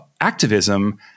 activism